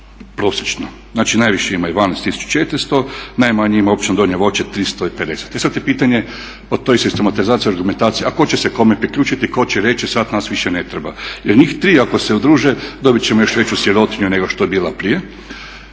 Znači najviše ima Ivanec 1400, najmanje ima općina Donja Voće 350 i sad je pitanje o toj sistematizaciji i argumentaciji a tko će se kome priključiti, tko će reći sad nas više ne treba jer njih tri ako se udruže dobit ćemo još veću sirotinju nego što je bila prije